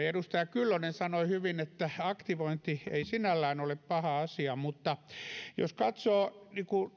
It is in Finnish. edustaja kyllönen sanoi hyvin että aktivointi ei sinällään ole paha asia mutta jos katsoo